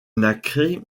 nacré